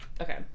Okay